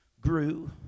grew